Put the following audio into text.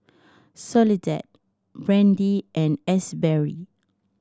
Soledad Brandie and Asberry